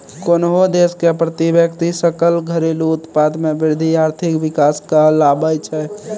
कोन्हो देश के प्रति व्यक्ति सकल घरेलू उत्पाद मे वृद्धि आर्थिक विकास कहलाबै छै